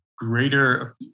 greater